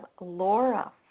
Laura